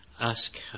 ask